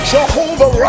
Jehovah